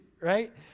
right